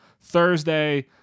Thursday